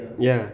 ya